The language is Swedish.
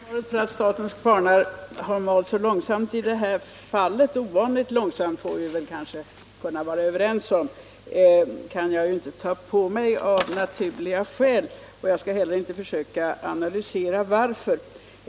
Herr talman! Ansvaret för att statens kvarnar har malt så långsamt i det här fallet — ovanligt långsamt, får vi kanske vara överens om — kan jag inte ta på mig av naturliga skäl. Jag skall heller inte försöka analysera varför det gått så långsamt.